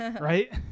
Right